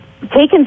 taken